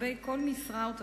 לגבי כל משרה או תפקיד,